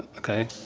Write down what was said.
okay,